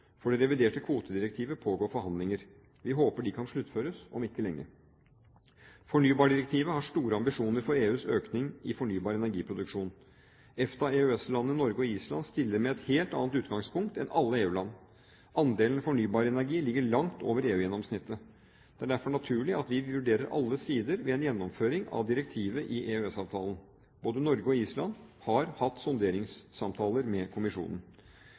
For det reviderte kvotedirektivet pågår forhandlinger. Vi håper de kan sluttføres om ikke lenge. Fornybardirektivet har store ambisjoner for EUs økning i fornybar energiproduksjon. EFTA/EØS-landene Norge og Island stiller med et helt annet utgangspunkt enn alle EU-land. Andelen fornybar energi ligger langt over EU-gjennomsnittet. Det er derfor naturlig at vi vurderer alle sider ved en gjennomføring av direktivet i EØS-avtalen. Både Norge og Island har hatt sonderingssamtaler med kommisjonen.